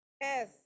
Yes